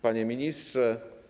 Panie Ministrze!